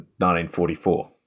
1944